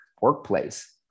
workplace